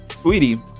Sweetie